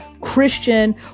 Christian